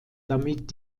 damit